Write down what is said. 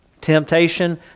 temptation